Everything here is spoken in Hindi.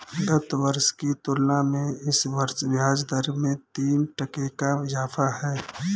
गत वर्ष की तुलना में इस वर्ष ब्याजदर में तीन टके का इजाफा है